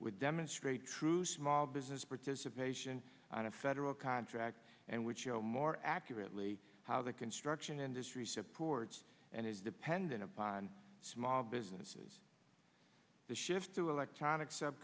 with demonstrate true small business participation on a federal contract and which show more accurately how the construction industry supports and is dependent upon small businesses to shift to electronic sub